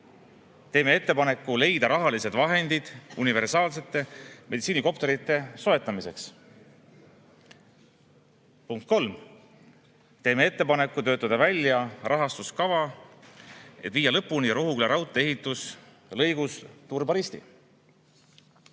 teeme ettepaneku leida rahalised vahendid universaalsete meditsiinikopterite soetamiseks. Punkt 3: teeme ettepaneku töötada välja rahastuskava, et viia lõpuni Rohuküla raudtee ehitus lõigus Turba–Risti.